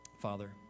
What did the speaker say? Father